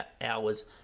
hours